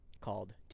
called